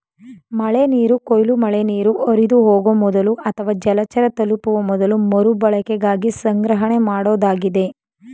ಮಳೆನೀರು ಕೊಯ್ಲು ಮಳೆನೀರು ಹರಿದುಹೋಗೊ ಮೊದಲು ಅಥವಾ ಜಲಚರ ತಲುಪುವ ಮೊದಲು ಮರುಬಳಕೆಗಾಗಿ ಸಂಗ್ರಹಣೆಮಾಡೋದಾಗಿದೆ